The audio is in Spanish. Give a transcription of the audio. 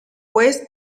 juez